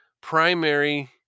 primary